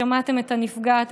ושמעתם את הנפגעת.